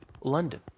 London